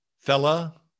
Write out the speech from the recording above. fella